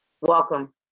Welcome